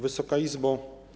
Wysoka Izbo!